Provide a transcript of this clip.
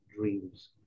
dreams